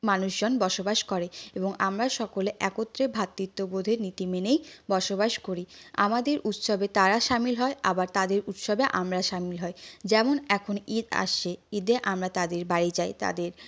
মানুষজন বসবাস করে এবং আমরা সকলে একত্রেই ভাতৃত্ববোধের নীতি মেনেই বসবাস করি আমাদের উৎসবে তারা সামিল হয় আবার তাদের উৎসবে আমরা সামিল হই যেমন এখন ঈদ আসছে ঈদে আমরা তাদের বাড়ি যাই তাদের